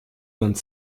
vingt